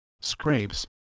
scrapes